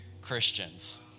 Christians